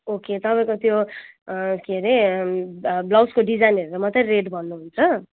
okay तपाईँको त्यो के रे ब्लाउजको डिजाइन हेरेर मात्र रेट भन्नुहुन्छ